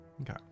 Okay